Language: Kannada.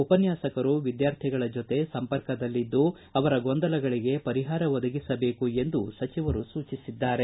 ಉಪನ್ಯಾಸಕರು ವಿದ್ಯಾರ್ಥಿಗಳ ಜೊತೆ ನಿರಂತರ ಸಂಪರ್ಕದಲ್ಲಿದ್ದು ಅವರ ಗೊಂದಲಗಳಿಗೆ ಪರಿಹಾರ ಒದಗಿಸಬೇಕು ಎಂದು ಸೂಚಿಸಿದ್ದಾರೆ